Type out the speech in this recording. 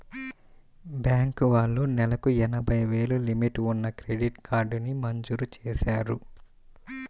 bank వాళ్ళు నెలకు ఎనభై వేలు లిమిట్ ఉన్న క్రెడిట్ కార్డుని మంజూరు చేశారు